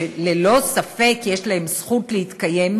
שללא ספק יש להם זכות להתקיים,